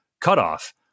Cutoff